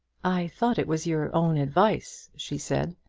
i thought it was your own advice, she said.